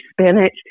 spinach